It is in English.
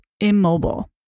immobile